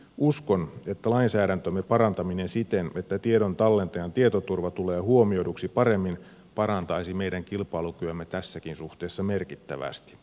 uskon että lainsäädäntömme parantaminen siten että tiedon tallentajan tietoturva tulee huomioiduksi paremmin parantaisi meidän kilpailukykyämme tässäkin suhteessa merkittävästi